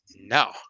No